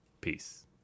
Peace